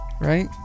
Right